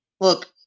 Look